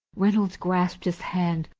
reynolds grasped his hand.